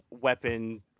weapon